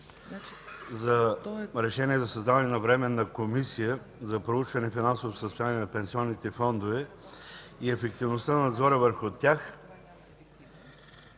за решение за създаване на Временна комисия за проучване финансовото състояние на пенсионните фондове и ефективността на надзора върху тях